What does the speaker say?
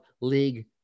league